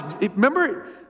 Remember